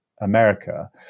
America